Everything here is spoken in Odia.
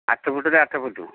ଆଠ ଫୁଟ୍ରେ ଆଠ ଫୁଟ୍